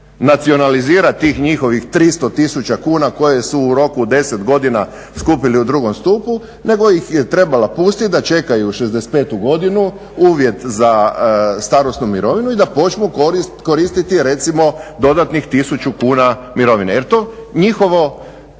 nacionalizirati tih njihovih 300 000 kuna koje su u roku od 10 godina skupili u drugom stupu nego ih je trebala pustiti da čekaju 65. godinu, uvjet za starosnu mirovinu i da počnu koristiti recimo dodatnih 1000 kuna mirovine. Jer to njihovo,